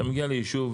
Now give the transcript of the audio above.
אתה מגיע ליישוב,